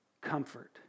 comfort